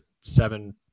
seven